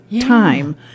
time